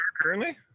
currently